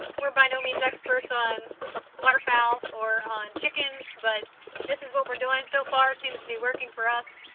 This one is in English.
we're by no means experts on water fowl or on chickens but this is what we're doing. so far seems to be working for us.